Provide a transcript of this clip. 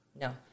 no